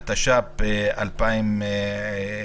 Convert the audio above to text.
התש"ף-2020.